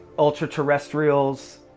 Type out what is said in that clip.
ultraterrestrials,